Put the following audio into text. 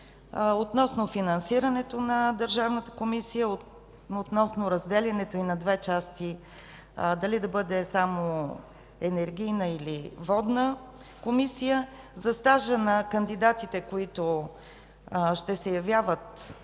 относно финансирането на Държавната комисия, относно разделянето й на две части – дали да бъде само енергийна или водна комисия; за стажа на кандидатите, които ще явяват,